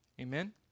Amen